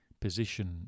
position